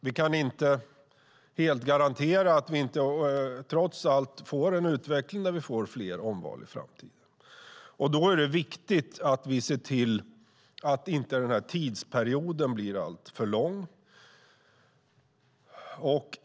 Vi kan inte helt garantera att vi trots allt inte får en utveckling där vi får fler omval i framtiden. Då är det viktigt att vi ser till att tidsperioden inte blir alltför lång.